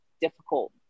difficult